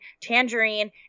tangerine